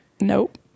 Nope